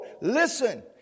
Listen